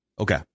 Okay